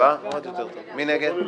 מי נגד?